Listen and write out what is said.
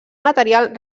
material